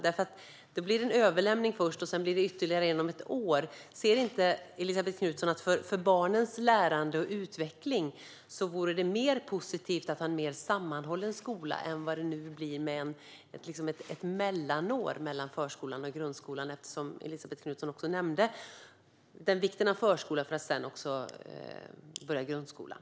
Nu blir det först en överlämning. Sedan blir det ytterligare en om ett år. Ser inte Elisabet Knutsson att det för barnens lärande och utveckling vore mer positivt att ha en mer sammanhållen skola än vad det nu blir med, liksom, ett mellanår mellan förskolan och grundskolan? Elisabet Knutsson nämnde ju också vikten av förskola innan man börjar grundskolan.